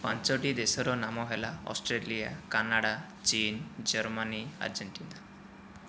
ପାଞ୍ଚଟି ଦେଶର ନାମ ହେଲା ଅଷ୍ଟ୍ରେଲିଆ କାନାଡ଼ା ଚୀନ ଜର୍ମାନୀ ଆର୍ଜେଣ୍ଟିନା